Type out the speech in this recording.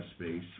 space